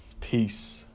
peace